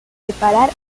preparar